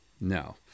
no